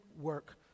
work